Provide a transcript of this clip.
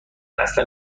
اصلا